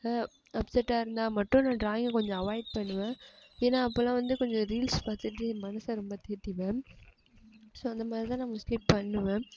அப்செட்டா இருந்தால் மட்டும் நான் டிராயிங் கொஞ்சம் அவாய்ட் பண்ணுவேன் ஏன்னா அப்போல்லாம் வந்து கொஞ்சம் ரீல்ஸ் பார்த்துட்டு என் மனசை வந்து தேத்திப்பேன் ஸோ அந்தமாதிரிதான் நான் மோஸ்ட்லி பண்ணுவேன்